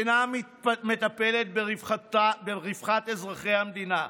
אינה מטפלת ברווחת אזרחי המדינה,